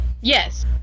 yes